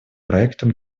проектам